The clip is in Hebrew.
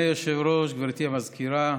אדוני היושב-ראש, גברתי המזכירה,